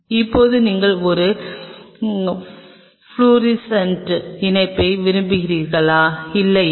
இப்போது நீங்கள் ஒரு ஃப்ளோரசன்ட் இணைப்பை விரும்புகிறீர்களா இல்லையா